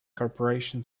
corporation